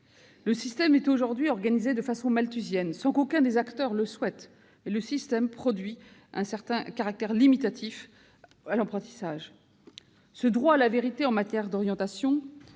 le système est aujourd'hui organisé de façon malthusienne- sans qu'aucun des acteurs ne le souhaite -et produit un certain caractère limitatif de l'accès à l'apprentissage. Ce droit à la vérité en matière d'orientation